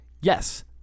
Yes